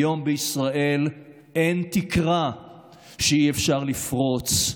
היום בישראל אין תקרה שאי-אפשר לפרוץ.